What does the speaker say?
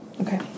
Okay